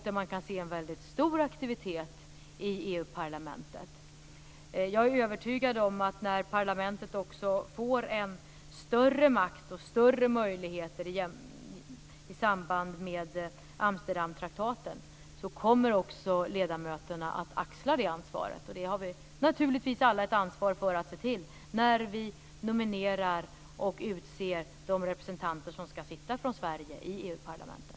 Där kan man se en väldigt stor aktivitet i EU-parlamentet. Jag är övertygad om att när parlamentet får större makt och större möjligheter i samband med Amsterdamtraktaten kommer också ledamöterna att axla det ansvaret. Det har vi naturligtvis alla ett ansvar för att se till när vi nominerar och utser de representanter som skall sitta för Sverige i EU-parlamentet.